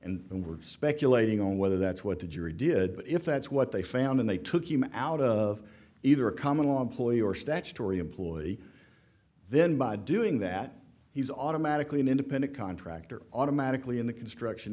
and and we're speculating on whether that's what the jury did but if that's what they found and they took him out of either a common law employee or statutory employee then by doing that he's automatically an independent contractor automatically in the construction